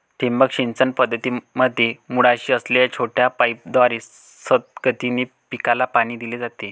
ठिबक सिंचन पद्धतीमध्ये मुळाशी असलेल्या छोट्या पाईपद्वारे संथ गतीने पिकाला पाणी दिले जाते